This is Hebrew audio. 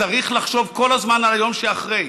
צריך לחשוב כל הזמן על היום שאחרי,